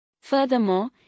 Furthermore